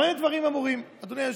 במה דברים אמורים, אדוני היושב-ראש?